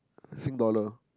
Sing dollar